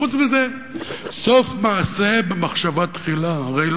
חוץ מזה, סוף מעשה במחשבה תחילה, הרי.